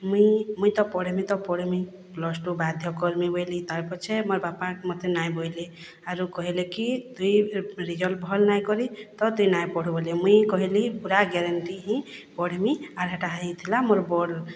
ମୁଇଁ ମୁଇଁ ତ ପଢ଼୍ମି ତ ପଢ଼୍ମି ପ୍ଲସ୍ ଟୁ ବାଧ୍ୟ କର୍ମି ବଏଲି ତାର୍ ପଛେ ମୋର୍ ବାପା ମତେ ନାଇଁ ବଏଲେ ଆରୁ କହେଲେ କି ତୁଇ ରିଜଲ୍ଟ୍ ଭଲ୍ ନାଇଁ କରି ତ ତୁ ନାଇଁ ପଢ୍ ବଲି ମୁଇଁ କହେଲି ପୁରା ଗ୍ୟାରେଣ୍ଟି ହିଁ ପଢ଼୍ମି ଆରେ ହେଟା ହେଇଥିଲା ମୋର ବଡ଼୍